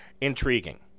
intriguing